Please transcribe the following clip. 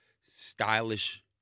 stylish